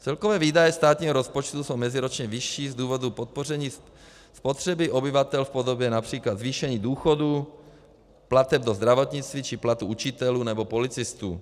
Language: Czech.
Celkové výdaje státního rozpočtu jsou meziročně vyšší z důvodu podpoření spotřeby obyvatel v podobě např. zvýšení důchodů, plateb do zdravotnictví či platů učitelů nebo policistů.